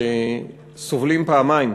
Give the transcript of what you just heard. שסובלים פעמיים: